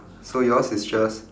so yours is just